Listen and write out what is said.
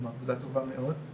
עשיתם עבודה טובה מאוד.